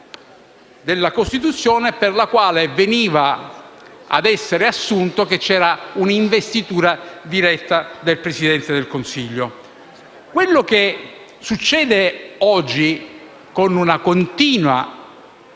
della Costituzione, per la quale veniva assunta l'esistenza di un'investitura diretta del Presidente del Consiglio. Ciò che succede oggi, con una continua